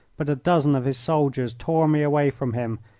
but a dozen of his soldiers tore me away from him,